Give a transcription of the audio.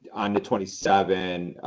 and twenty seven,